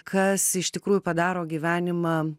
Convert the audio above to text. kas iš tikrųjų padaro gyvenimą